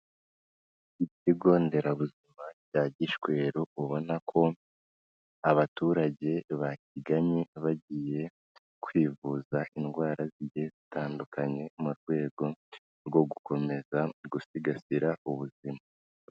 Ikigo nderabuzima cya Gishweru ubona ko abaturage bakigannye bagiye kwivuza indwara zigiye zitandukanye mu rwego rwo gukomeza gusigasira ubuzima.